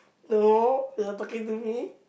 no you are talking to me